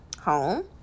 home